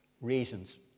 reasons